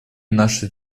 нашей